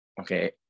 okay